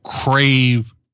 crave